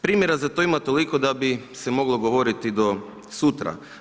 Primjera za to ima toliko da bi se moglo govoriti do sutra.